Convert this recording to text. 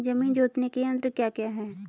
जमीन जोतने के यंत्र क्या क्या हैं?